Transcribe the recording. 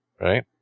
Right